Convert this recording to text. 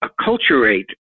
acculturate